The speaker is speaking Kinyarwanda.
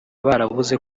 baravuze